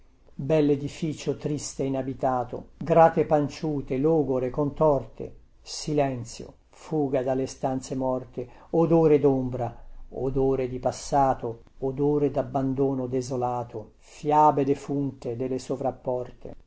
contadina belledificio triste inabitato grate panciute logore contorte silenzio fuga delle stanze morte odore dombra odore di passato odore dabbandono desolato fiabe defunte delle sovrapporte